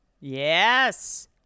Yes